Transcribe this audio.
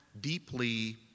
deeply